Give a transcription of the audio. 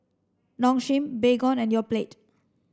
Nong Shim Baygon and Yoplait